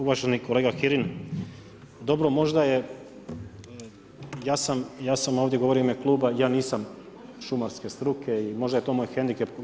Uvaženi kolega Kirin, dobro možda je ja sam ovdje govorio u ime kluba, ja nisam šumarske struke i možda je to moj hendikep.